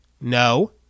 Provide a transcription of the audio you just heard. No